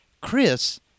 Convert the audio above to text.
Chris